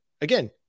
Again